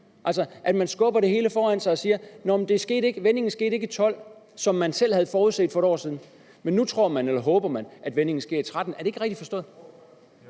altså at man skubber det hele foran sig og siger, at vendingen ikke skete i 2012, som man selv havde forudset for et år siden? Men nu tror man, eller håber, at vendingen sker i 2013. Er det ikke rigtigt forstået?